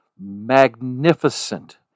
magnificent